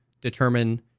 determine